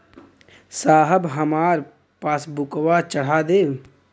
साहब हमार पासबुकवा चढ़ा देब?